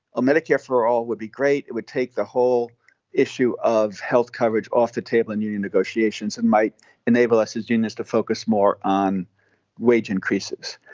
ah medicare for all would be great. it would take the whole issue of health coverage off the table in union negotiations and might enable us as unions to focus more on wage increases.